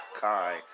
Kai